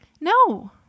No